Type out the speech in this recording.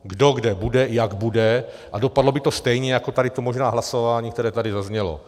Kdo kde bude, jak bude, a dopadlo by to možná stejně jako tady to hlasování, které tady zaznělo.